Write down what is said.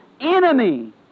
enemy